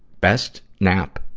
best. nap.